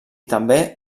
també